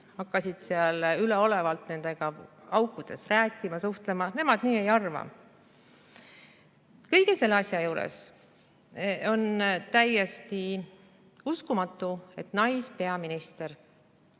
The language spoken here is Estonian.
temaga üleolevalt haukudes rääkima-suhtlema, nemad nii ei arva. Kõige selle asja juures on täiesti uskumatu, et naispeaminister